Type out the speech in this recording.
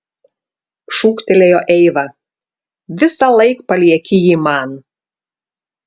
šūktelėjo eiva visąlaik palieki jį man